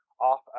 off